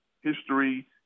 history